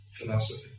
philosophy